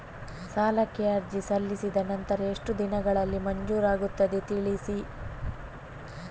ಸಾಲಕ್ಕೆ ಅರ್ಜಿ ಸಲ್ಲಿಸಿದ ನಂತರ ಎಷ್ಟು ದಿನಗಳಲ್ಲಿ ಮಂಜೂರಾಗುತ್ತದೆ ತಿಳಿಸಿ?